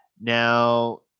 Now